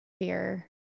fear